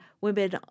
women